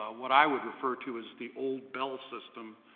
what i would refer to as the old bell system,